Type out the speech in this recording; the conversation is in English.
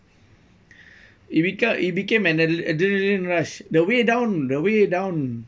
it become it became an adrenaline rush the way down the way down